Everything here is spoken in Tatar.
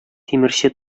тимерче